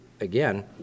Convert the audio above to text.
again